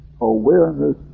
awareness